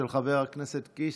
של חבר הכנסת קיש.